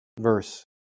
verse